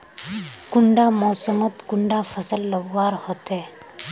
कुंडा मोसमोत कुंडा फसल लगवार होते?